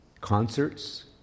concerts